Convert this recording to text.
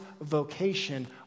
vocation